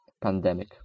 pandemic